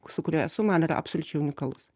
su kuriuo esu man yra absoliučiai unikalus